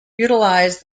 utilized